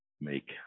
make